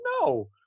No